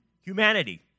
humanity